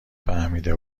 فهمیده